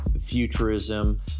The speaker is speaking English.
futurism